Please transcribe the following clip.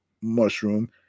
Mushroom